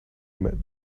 met